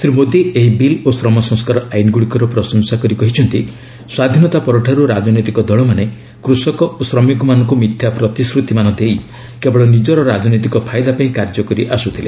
ଶ୍ରୀ ମୋଦି ଏହି ବିଲ୍ ଓ ଶ୍ରମ ସଂସ୍କାର ଆଇନଗୁଡ଼ିକର ପ୍ରଶଂସା କରି କହିଛନ୍ତି ସ୍ୱାଧୀନତା ପରଠାରୁ ରାଜନୈତିକ ଦଳମାନେ କୃଷକ ଓ ଶ୍ରମିକମାନଙ୍କୁ ମିଥ୍ୟା ପ୍ରତିଶ୍ରୁତିମାନ ଦେଇ କେବଳ ନିଜର ରାଜନୈତିକ ଫାଇଦା ପାଇଁ କାର୍ଯ୍ୟ କରିଆସୁଥିଲେ